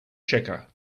checker